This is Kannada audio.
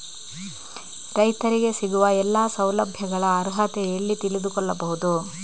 ರೈತರಿಗೆ ಸಿಗುವ ಎಲ್ಲಾ ಸೌಲಭ್ಯಗಳ ಅರ್ಹತೆ ಎಲ್ಲಿ ತಿಳಿದುಕೊಳ್ಳಬಹುದು?